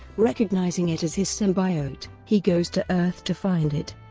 recognizing it as his symbiote, he goes to earth to find it.